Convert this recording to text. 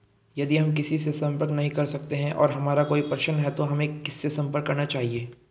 यदि हम किसी से संपर्क नहीं कर सकते हैं और हमारा कोई प्रश्न है तो हमें किससे संपर्क करना चाहिए?